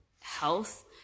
health